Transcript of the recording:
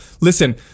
Listen